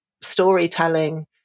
storytelling